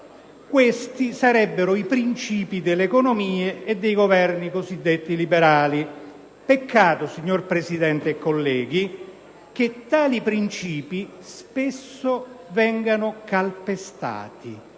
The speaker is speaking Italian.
Questi sarebbero i princìpi delle economie e dei Governi cosiddetti liberali. Peccato, signor Presidente e colleghi, che tali princìpi spesso vengano calpestati.